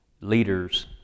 leaders